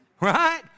Right